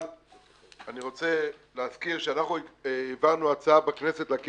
אבל אני רוצה להזכיר שאנחנו העברנו הצעה בכנסת להקים